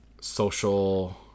social